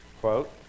quote